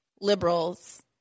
liberals